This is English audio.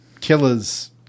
killer's